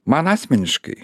man asmeniškai